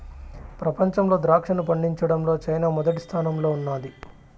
ప్రపంచంలో ద్రాక్షను పండించడంలో చైనా మొదటి స్థానంలో ఉన్నాది